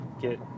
get